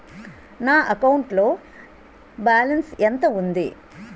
నా అకౌంట్ లో బాలన్స్ ఎంత ఉంది?